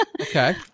Okay